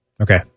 Okay